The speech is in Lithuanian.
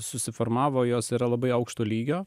susiformavo jos yra labai aukšto lygio